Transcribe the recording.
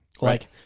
Right